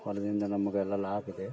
ಹೊಲದಿಂದ ನಮ್ಗೆ ಎಲ್ಲ ಲಾಭ ಇದೆ